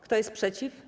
Kto jest przeciw?